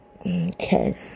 okay